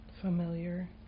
familiar